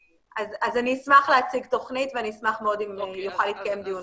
אז אני אשמח להציג תוכנית ואני אשמח מאוד אם יוכל להתקיים דיון בנושא.